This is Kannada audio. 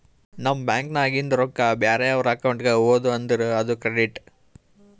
ನಮ್ ಬ್ಯಾಂಕ್ ನಾಗಿಂದ್ ರೊಕ್ಕಾ ಬ್ಯಾರೆ ಅವ್ರ ಅಕೌಂಟ್ಗ ಹೋದು ಅಂದುರ್ ಅದು ಕ್ರೆಡಿಟ್